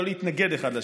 לא להתנגד אחד לשני.